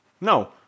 no